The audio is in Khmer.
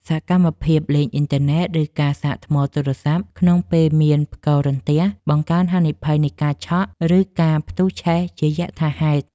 សកម្មភាពលេងអ៊ីនធឺណិត ឬការសាកថ្មទូរស័ព្ទក្នុងពេលមានផ្គររន្ទះ បង្កើនហានិភ័យនៃការឆក់ ឬការផ្ទុះឆេះជាយថាហេតុ។